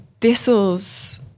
thistles